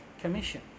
Commission